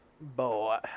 Boy